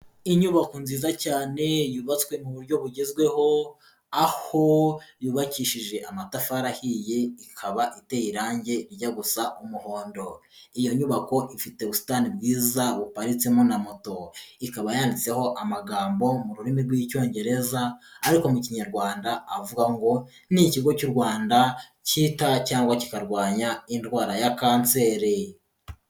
Inyubako nziza cyane yubatswe mu buryo bugezweho, aho yubakishije amatafari ahiye, ikaba iteye irangi rijya gusa umuhondo. Iyo nyubako ifite ubusitani bwiza buparitsemo na moto, ikaba yanditseho amagambo mu rurimi rw'icyongereza, ariko mu kinyarwanda avuga ngo ni ikigo cy'u Rwanda cyita cyangwa kikarwanya indwara ya kanseri.